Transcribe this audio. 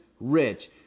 Rich